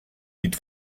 lied